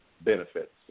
benefits